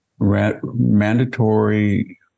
mandatory